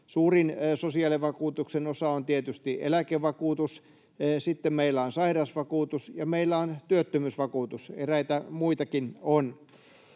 Suurin sosiaalivakuutuksen osa on tietysti eläkevakuutus, sitten meillä on sairausvakuutus, ja meillä on työttömyysvakuutus. Eräitä muitakin on.